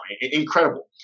incredible